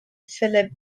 philipp